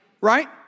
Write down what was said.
right